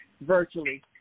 virtually